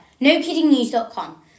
nokiddingnews.com